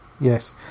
Yes